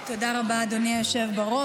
תודה רבה, אדוני היושב-ראש.